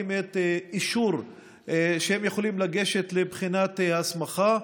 אישור שהם יכולים לגשת לבחינת הסמכה.